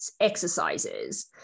exercises